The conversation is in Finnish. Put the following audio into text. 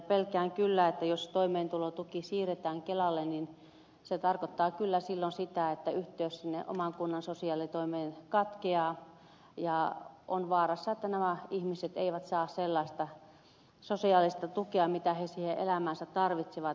pelkään että jos toimeentulotuki siirretään kelalle se tarkoittaa kyllä silloin sitä että yhteys sinne oman kunnan sosiaalitoimeen katkeaa ja on vaarassa että nämä ihmiset eivät saa sellaista sosiaalista tukea mitä he siihen elämäänsä tarvitsevat